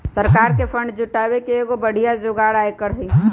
सरकार के फंड जुटावे के एगो बढ़िया जोगार आयकर हई